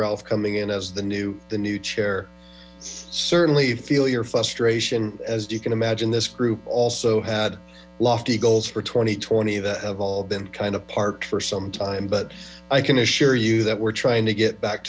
ralph coming in as the new the new chair certainly feel your frustration as you can imagine this group also had lofty goals for two thousand and twenty that have been kind of parked for some time but i can assure you that we're trying to get back